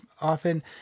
often